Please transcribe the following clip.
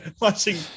watching